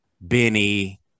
Benny